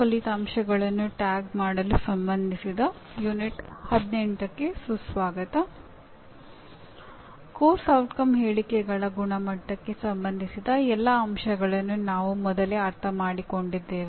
ಪಠ್ಯಕ್ರಮದ ಪರಿಣಾಮಗಳ ಹೇಳಿಕೆಗಳ ಗುಣಮಟ್ಟಕ್ಕೆ ಸಂಬಂಧಿಸಿದ ಎಲ್ಲಾ ಅಂಶಗಳನ್ನು ನಾವು ಮೊದಲೇ ಅರ್ಥಮಾಡಿಕೊಂಡಿದ್ದೇವೆ